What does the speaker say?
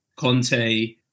Conte